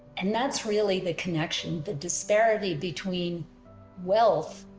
and that's really the connection, the disparity between wealth